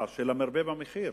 למרבה במחיר?